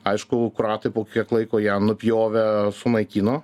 aišku kroatai po kiek laiko ją nupjovė sunaikino